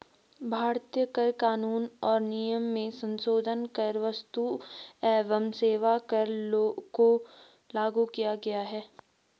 भारतीय कर कानून और नियम में संसोधन कर क्स्तु एवं सेवा कर को लागू किया गया है